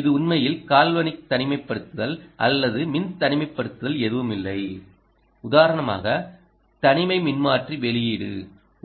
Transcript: இது உண்மையில் கால்வனிக் தனிமைப்படுத்தல் அல்லது மின் தனிமைப்படுத்தல் எதுவுமில்லை உதாரணமாக தனிமை மின்மாற்றி வெளியீடு